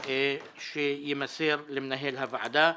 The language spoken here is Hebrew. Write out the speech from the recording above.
שיימסר למנהל הוועדה.